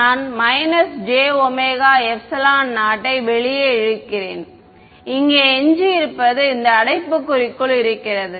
நான் jωε0 ஐ வெளியே இழுக்கிறேன் இங்கே எஞ்சியிருப்பது இந்த அடைப்புக்குறிக்குள் இருக்கிறது